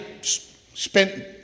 spent